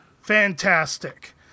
Fantastic